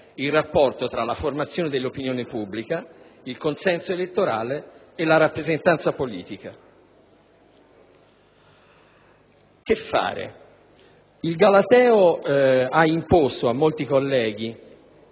il rapporto tra la formazione dell'opinione pubblica, il consenso elettorale e la rappresentanza politica. Che fare? Il galateo ha imposto a molti colleghi